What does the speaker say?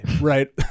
right